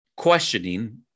Questioning